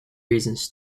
reasons